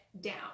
down